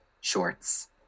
shorts